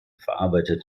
verarbeitet